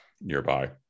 nearby